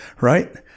right